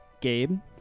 gabe